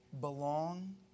belong